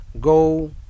go